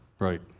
Right